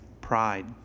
pride